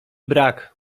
brak